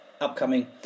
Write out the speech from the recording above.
upcoming